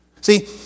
See